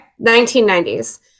1990s